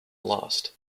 lost